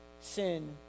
sin